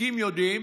הוותיקים יודעים,